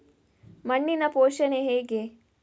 ಮಣ್ಣಿನ ಪೋಷಣೆ ಹೇಗೆ?